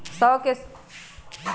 वक्र कि शव प्रकिया वा?